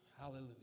Hallelujah